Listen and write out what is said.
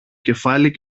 κεφάλι